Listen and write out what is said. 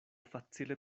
facile